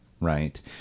Right